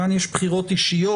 כאן יש בחירות אישיות,